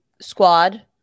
squad